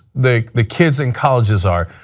the the kids in colleges are.